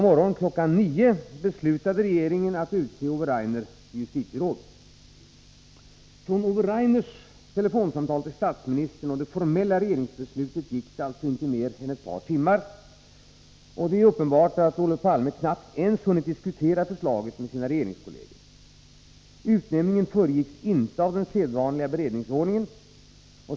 9 samma morgon beslutade regeringen att utse Ove Rainer till justitieråd. Från Ove Rainers telefonsamtal till statsministern till det formella regeringsbeslutet gick det alltså inte mer än ett par timmar. Det är uppenbart att Olof Palme knappast ens hunnit diskutera förslaget med sina regeringskolleger. Utnämningen föregicks inte av den sedvanliga beredningsordningen.